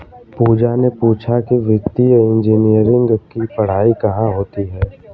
पूजा ने पूछा कि वित्तीय इंजीनियरिंग की पढ़ाई कहाँ होती है?